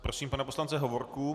Prosím pana poslance Hovorku.